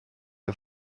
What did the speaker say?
wir